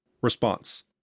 Response